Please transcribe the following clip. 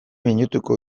minutuko